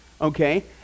okay